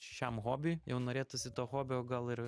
šiam hobiui jau norėtųsi to hobio gal ir